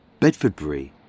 Bedfordbury